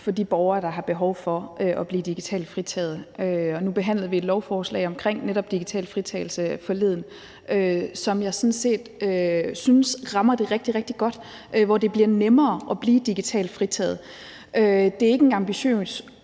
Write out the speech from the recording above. for de borgere, der har behov for at blive digitalt fritaget. Nu behandlede vi forleden et lovforslag om netop digital fritagelse, som jeg sådan set synes rammer det rigtig, rigtig godt, og som vil gøre, at det bliver nemmere at blive digitalt fritaget. Det er ikke en ambition